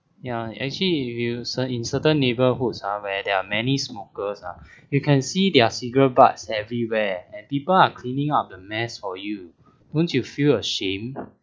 ya actually you cer~ in certain neighborhoods ah where there are many smokers ah you can see there are cigarette butts everywhere and people are cleaning up the mess for you don't you feel ashamed